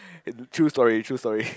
and true story true story